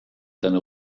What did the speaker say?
seine